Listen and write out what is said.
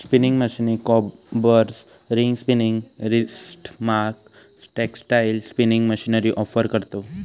spinning मशीनीक combers, ring spinning सिस्टमाक textile spinning machinery offer करतव